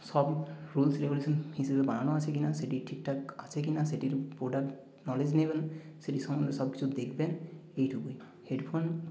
সব rules regulation হিসেবে বাড়ানো আছে কি না সেটি ঠিক ঠাক আছে কি না সেটির প্রোডাক্ট নলেজ নেবেন সেটির সঙ্গে সব কিছু দেখবেন এইটুকুই হেডফোন